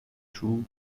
two